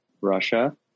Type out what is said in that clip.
Russia